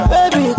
Baby